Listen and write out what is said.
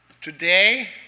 Today